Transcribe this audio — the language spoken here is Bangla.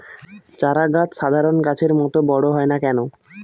চারা গাছ সাধারণ গাছের মত বড় হয় না কেনো?